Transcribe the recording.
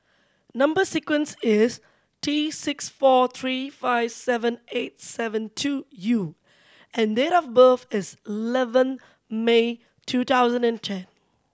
number sequence is T six four three five seven eight seven two U and date of birth is eleven May two thousand and ten